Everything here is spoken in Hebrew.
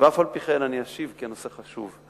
ואף-על-פי-כן אשיב, כי הנושא חשוב.